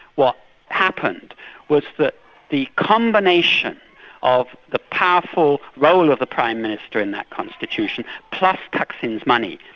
what happened was that the combination of the powerful role and of the prime minister in that constitution, plus thaksin's money,